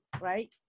right